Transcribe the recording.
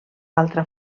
altra